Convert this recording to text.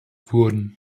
wurden